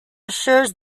assures